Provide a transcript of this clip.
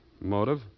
Motive